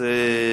נושא